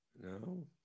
No